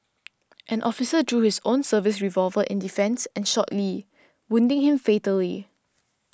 an officer drew his own service revolver in defence and shot Lee wounding him fatally